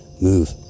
move